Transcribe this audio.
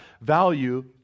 value